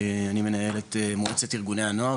אני מנהל את מועצת ארגוני הנוער,